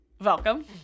welcome